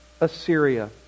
Assyria